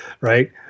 right